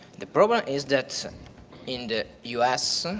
the problem is that in the us,